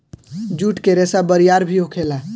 जुट के रेसा बरियार भी होखेला